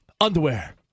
Underwear